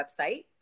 website